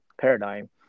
paradigm